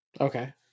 okay